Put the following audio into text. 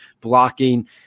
blocking